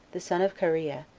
the son of kareah,